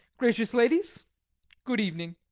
gracious ladies good evening.